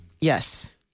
Yes